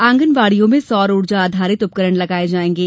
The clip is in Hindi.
आंगनवाड़ियों में सौर ऊर्जा आधारित उपकरण लगाये जायेंगे